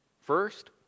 First